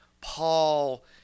Paul